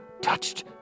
touched